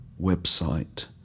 website